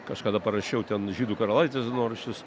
kažkada parašiau ten žydų karalaitės dienoraštis